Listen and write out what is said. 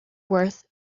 worth